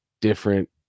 different